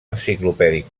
enciclopèdic